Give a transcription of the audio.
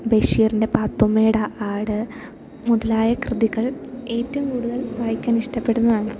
ബഷീറിൻ്റെ പാത്തുമ്മയുടെ ആട് മുതലായ കൃതികൾ ഏറ്റവും കൂടുതൽ വായിക്കാൻ ഇഷ്ടപ്പെടുന്നതാണ്